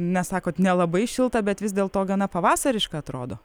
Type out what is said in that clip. nesakot nelabai šilta bet vis dėl to gana pavasariška atrodo